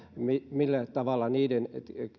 millä tavalla niiden